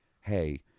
hey